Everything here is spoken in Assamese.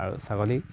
আৰু ছাগলী